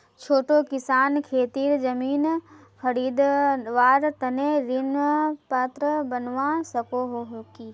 छोटो किसान खेतीर जमीन खरीदवार तने ऋण पात्र बनवा सको हो कि?